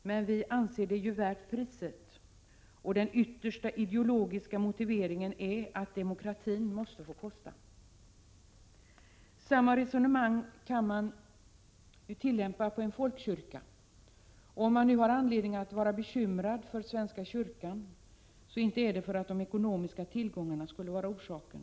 Men vi anser ju att den är värd priset. Den yttersta ideologiska motiveringen är att demokratin måste få kosta. Samma resonemang kan man tillämpa på en folkkyrka. Om man har anledning att vara bekymrad för svenska kyrkan så är inte de ekonomiska tillgångarna orsaken.